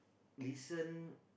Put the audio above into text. listen